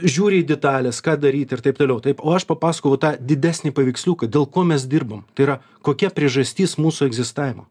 žiūri į detales ką daryt ir taip toliau taip o aš papasakoju va tą didesnį paveiksliuką dėl ko mes dirbam tai yra kokia priežastis mūsų egzistavimo